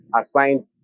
Assigned